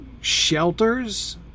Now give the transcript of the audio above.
shelters